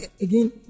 again